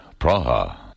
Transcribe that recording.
Praha